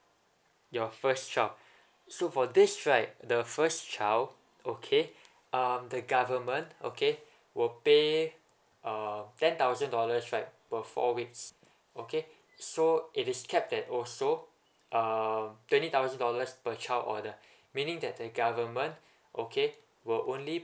your first child so for this right the first child okay um the government okay will pay um ten thousand dollars right per four weeks okay so it is capped at also um twenty thousand dollars per child order meaning that the government okay will only